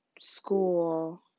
school